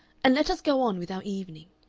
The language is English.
and let us go on with our evening.